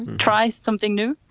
and try something new.